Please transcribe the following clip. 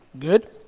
good,